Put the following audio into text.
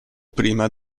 prima